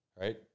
right